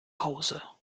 hause